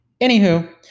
Anywho